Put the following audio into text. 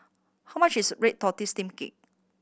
how much is red tortoise steamed cake